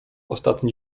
ostatni